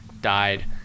died